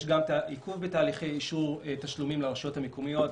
יש גם עיכוב בתהליכי אישור תשלומים לרשויות המקומיות.